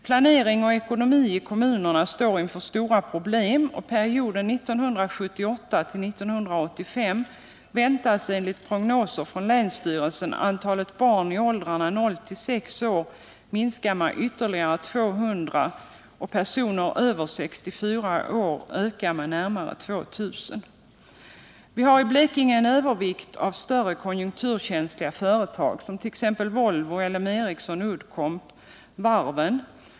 Planering och ekonomi i kommunerna står inför stora problem, och under perioden 1978-1985 väntas enligt prognoser från länsstyrelsen antalet barn i åldrarna 0-6 år minska med ytterligare 200 och antalet personer över 64 år öka med närmare 2 000. Å Vi har i Blekinge en övervikt av större konjunkturkänsliga företag, t.ex. Volvo, LM Ericsson, Uddcomb och varven.